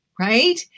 right